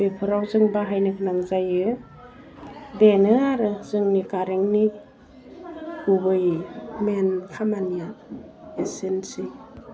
बेफोराव जों बाहायनो गोनां जायो बेनो आरो जोंनि कारेन्टनि गुबै लेहेम खामानिया एसेनोसै